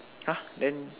!huh! then